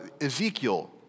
Ezekiel